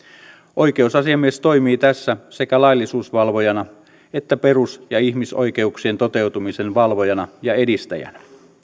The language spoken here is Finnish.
oikeusasiamies toimii tässä sekä laillisuusvalvojana että perus ja ihmisoikeuksien toteutumisen valvojana ja edistäjänä